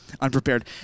unprepared